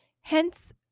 hence